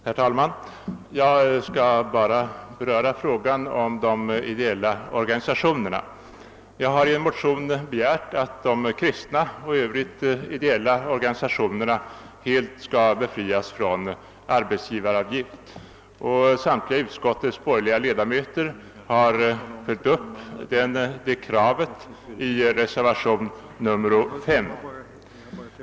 Herr talman! Jag vill här bara beröra frågan om de ideella organisationerna. I motion II: 1503 har jag och några medmotionärer begärt att de kristna och i övrigt ideella organisationerna skall befrias helt från arbetsgivaravgift. Samtliga borgerliga ledamöter i bevillnings utskottet har sedan följt upp det kravet i reservationen 5.